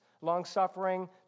long-suffering